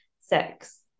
Six